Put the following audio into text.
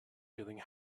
feeling